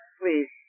please